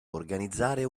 organizzare